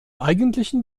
eigentlichen